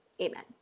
Amen